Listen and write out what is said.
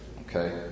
Okay